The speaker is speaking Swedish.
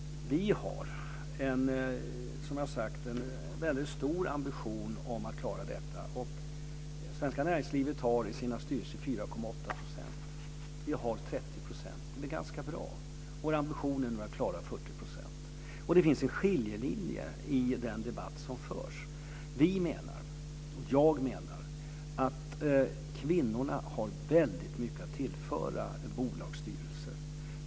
Vi har en väldigt stor ambition att klara detta. Det svenska näringslivet har 4,8 % kvinnor i sina styrelser. Vi har 30 %, och det är ganska bra. Vår ambition är att komma upp i 40 %. Det finns en skiljelinje i den debatt som förs. Jag menar att kvinnorna har väldigt mycket att tillföra bolagsstyrelserna.